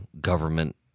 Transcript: government